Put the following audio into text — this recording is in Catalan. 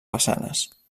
façanes